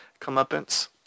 comeuppance